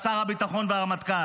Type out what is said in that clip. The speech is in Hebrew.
שר הביטחון והרמטכ"ל.